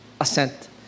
assent